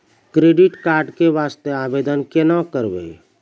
Credit card के वास्ते आवेदन केना करबै?